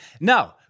No